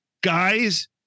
guys